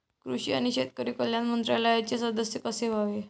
कृषी आणि शेतकरी कल्याण मंत्रालयाचे सदस्य कसे व्हावे?